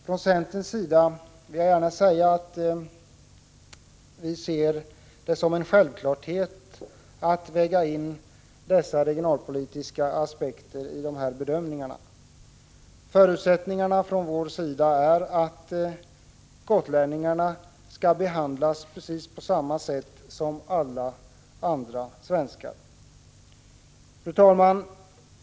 Från centerns sida ser vi det som en självklarhet att man skall väga in dessa regionalpolitiska aspekter vid trafikutformningen. För oss är det därvid en förutsättning att gotlänningarna skall behandlas precis på samma sätt som alla andra svenskar. Fru talman!